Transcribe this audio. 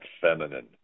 feminine